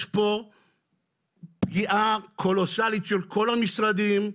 יש פה פגיעה של כל המשרדים,